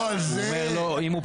נחזיר לך